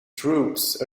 troops